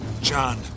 John